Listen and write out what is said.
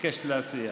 מתעקשת להצביע.